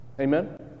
Amen